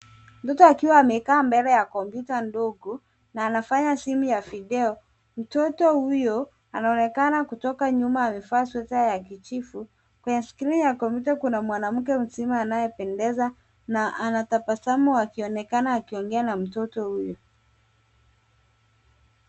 Mtoto akiwa amekaa mbele ya kompyuta ndogo na anafanya simu ya video. Mtoto huyo anaonekana kutoka nyuma amevaa sweta ya kijivu. Kwenye skrini ya kompyuta, kuna mwanamke mzima anayependeza na anatabasamu akionekana akiongea na mtoto huyu.